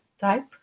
type